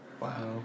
Wow